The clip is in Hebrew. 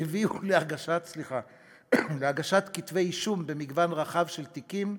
והביאו להגשת כתבי-אישום במגוון רחב של תיקים,